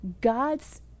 God's